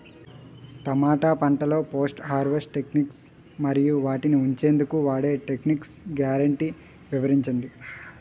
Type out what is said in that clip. టమాటా పంటలో post harvest techniques మరియు వాటిని ఉంచెందుకు వాడే టెక్నిక్స్ గ్యారంటీ వివరించండి?